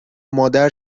مادر